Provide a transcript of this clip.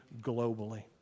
globally